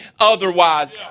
otherwise